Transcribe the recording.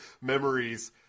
memories